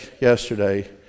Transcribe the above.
yesterday